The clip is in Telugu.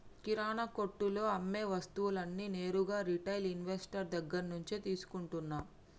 కిరణా కొట్టులో అమ్మే వస్తువులన్నీ నేరుగా రిటైల్ ఇన్వెస్టర్ దగ్గర్నుంచే తీసుకుంటన్నం